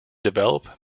develop